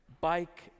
bike